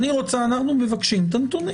אנחנו רוצים את הנתונים